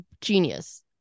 genius